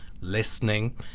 listening